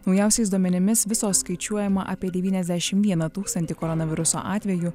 naujausiais duomenimis visos skaičiuojama apie devyniasdešim vieną tūkstantį koronaviruso atvejų